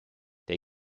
der